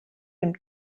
dem